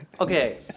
Okay